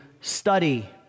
study